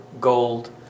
gold